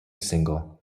single